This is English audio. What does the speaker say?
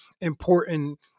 important